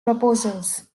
proposals